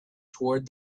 toward